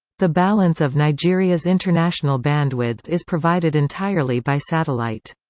the balance of nigeria's international bandwidth is provided entirely by satellite.